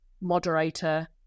moderator